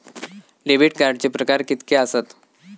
Debit कार्डचे प्रकार कीतके आसत?